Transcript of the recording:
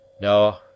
No